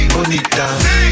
Bonita